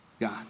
God